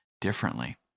differently